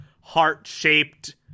heart-shaped